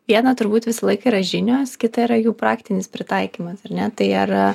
viena turbūt visą laiką yra žinios kita yra jų praktinis pritaikymas ar ne tai ar